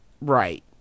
Right